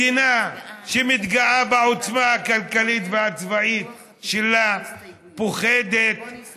מדינה שמתגאה בעוצמה הכלכלית והצבאית שלה פוחדת